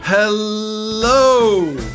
Hello